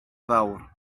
fawr